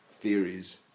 theories